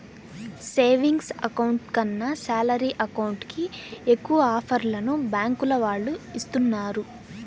savings account కన్నా salary account కి ఎక్కువ ఆఫర్లను బ్యాంకుల వాళ్ళు ఇస్తున్నారు